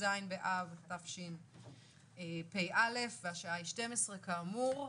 י"ז באב התשפ"א והשעה היא 12:00, כאמור.